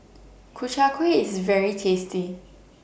Ku Chai Kuih IS very tasty